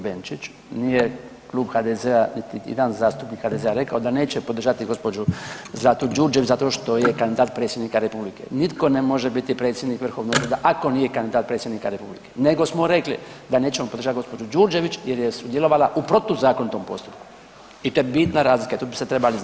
Benčić nije Klub HDZ-a, niti ijedan zastupnik HDZ-a rekao da neće podržati gđu. Zlatu Đurđević zato što je kandidat predsjednika republike, nitko ne može biti predsjednik vrhovnog suda ako nije kandidat predsjednika republike nego smo rekli da nećemo podržati gđu. Đurđević jer je sudjelovala u protuzakonitom postupku i to je bitna razlika i to biste trebali znati.